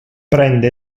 prende